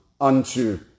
unto